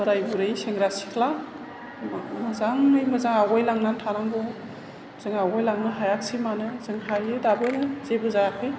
बोराय बुरि सेंग्रा सिख्ला मोजांयै मोजां आवगयलांना थानांगौ जों आवगायलांनो हायासै मानो जों हायो दाबो जेबो जायाखै